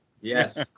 Yes